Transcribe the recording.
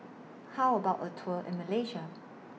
How about A Tour in Malaysia